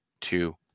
two